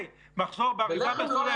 זה מחסור באריזה מסוימת.